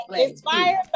inspired